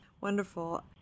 Wonderful